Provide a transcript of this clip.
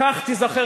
מתי תוריד